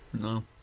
No